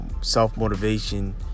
self-motivation